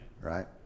Right